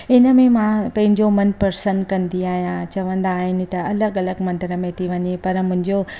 हिन में मां पंहिंजो मनु पसंदि कंदी आहियां चवंदा आहिनि त अलॻि अलॻि मंदर में थी वञे पर मुंहिंजो